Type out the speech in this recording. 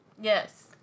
Yes